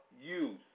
use